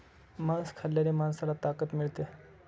मांस खाल्ल्याने माणसाला ताकद मिळते